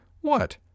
What